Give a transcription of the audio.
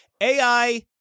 AI